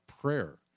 prayer